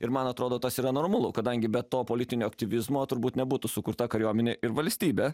ir man atrodo tas yra normalu kadangi be to politinio aktyvizmo turbūt nebūtų sukurta kariuomenė ir valstybė